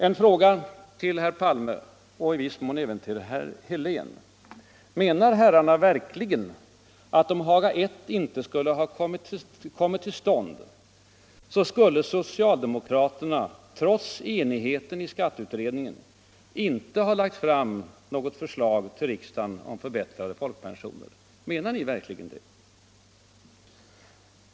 En fråga till herr Palme och i viss mån även till herr Helén: Menar herrarna verkligen att om Haga I inte skulle ha kommit till stånd, då skulle socialdemokraterna, trots enigheten i skatteutredningen, inte ha lagt fram något förslag till riksdagen om förbättrade folkpensioner? Menar ni verkligen det?